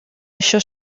això